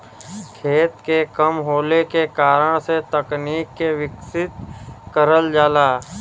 खेत के कम होले के कारण से तकनीक के विकसित करल जाला